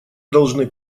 должны